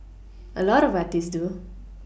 a lot of artists do